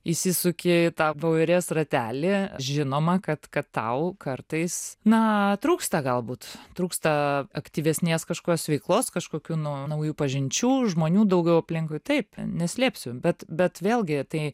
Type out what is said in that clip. įsisuki į tą voverės ratelį žinoma kad kad tau kartais na trūksta galbūt trūksta aktyvesnės kažkokios veiklos kažkokių nu naujų pažinčių žmonių daugiau aplinkui taip neslėpsiu bet bet vėlgi tai